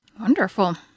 Wonderful